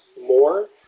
more